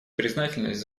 признательность